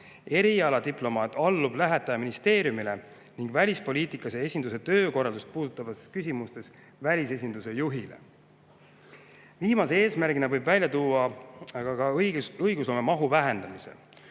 Erialadiplomaat allub lähetajaministeeriumile ning välispoliitikas ja esinduse töökorraldust puudutavates küsimustes välisesinduse juhile. Viimase eesmärgina võib välja tuua õigusloome mahu vähendamise.